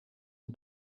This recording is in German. den